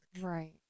Right